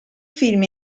film